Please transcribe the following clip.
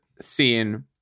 scene